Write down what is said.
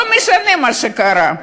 לא משנה מה קרה.